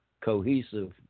cohesive